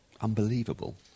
Unbelievable